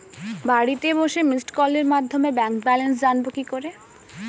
বাড়িতে বসে মিসড্ কলের মাধ্যমে ব্যাংক ব্যালেন্স জানবো কি করে?